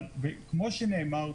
אבל כמו שנאמר,